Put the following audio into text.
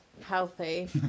healthy